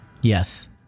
Yes